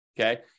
okay